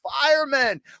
firemen